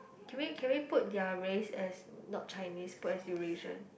can we can we put their race as not Chinese but as Eurasian